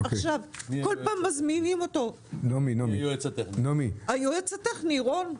בכל פעם מזמינים אותו, היועץ הטכני רון.